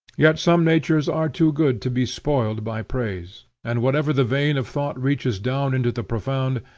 yet some natures are too good to be spoiled by praise, and wherever the vein of thought reaches down into the profound,